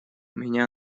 меня